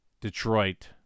Detroit